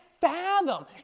fathom